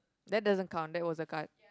that doesn't count that was the card